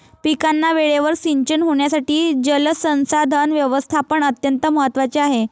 पिकांना वेळेवर सिंचन होण्यासाठी जलसंसाधन व्यवस्थापन अत्यंत महत्त्वाचे आहे